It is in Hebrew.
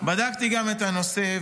בדקתי את הנושא,